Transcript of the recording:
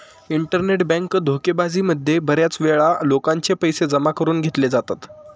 internet bank धोकेबाजी मध्ये बऱ्याच वेळा लोकांचे पैसे जमा करून घेतले जातात